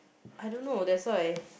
I don't know that's why